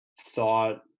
thought